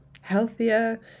healthier